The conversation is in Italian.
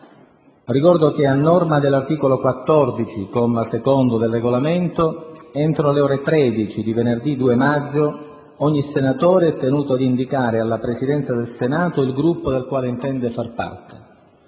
Ricordo che, a norma dell'articolo 14, comma 2, del Regolamento, entro le ore 13 di venerdì 2 maggio, ogni senatore è tenuto ad indicare alla Presidenza del Senato il Gruppo del quale intende far parte.